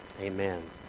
Amen